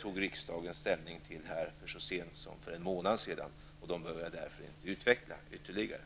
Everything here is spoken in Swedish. tog riksdagen ställning till så sent som för en månad sen. Dem behöver jag därför inte utveckla ytterligare.